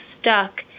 stuck